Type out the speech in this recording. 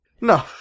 no